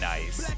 Nice